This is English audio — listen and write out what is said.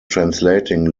translating